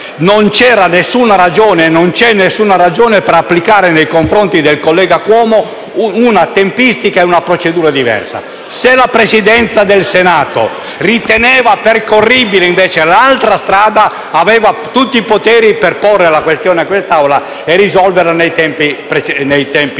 non c'è alcuna ragione per applicare, nei confronti del collega Cuomo, una tempistica e una procedura diverse. Se la Presidenza del Senato riteneva percorribile invece l'altra strada, aveva tutti i poteri per porre la questione all'attenzione dell'Assemblea e risolverla nei tempi dati.